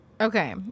Okay